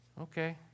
Okay